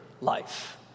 life